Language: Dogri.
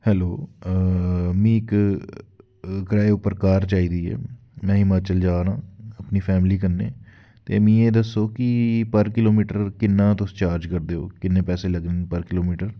हैलो मीं इक किराये उप्पर कार चाहिदी ऐ में हिमाचल जा ना आं अपनी फैमली कन्नै ते मीं एह् दस्सो कि पर किलोमीटर किन्ना तुस चार्ज करदे ओ किन्नै पैसे लग्गने पर किलोमीटर